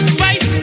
fight